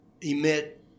emit